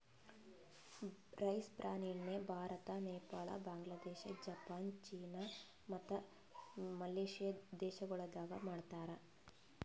rice bran ಎಣ್ಣಿ Bharat, Nepal, Bangladesh, Japan, ಚೀನಾ ಮತ್ತ ಮಲೇಷ್ಯಾ ದೇಶಗೊಳ್ದಾಗ್ ಮಾಡ್ತಾರ್